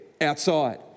outside